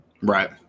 right